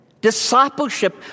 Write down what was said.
Discipleship